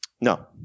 No